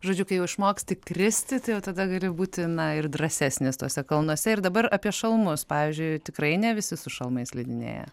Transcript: žodžiu kai jau išmoksti kristi tai jau tada gali būti na ir drąsesnis tuose kalnuose ir dabar apie šalmus pavyzdžiui tikrai ne visi su šalmais slidinėja